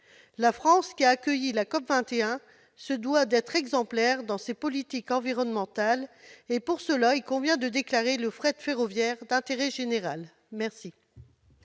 La France, qui a accueilli la COP 21, se doit d'être exemplaire dans ses politiques environnementales. Pour cela, il convient de déclarer le fret ferroviaire d'intérêt général. Quel